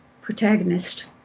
protagonist